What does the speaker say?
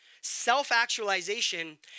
self-actualization